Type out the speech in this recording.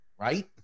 right